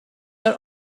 are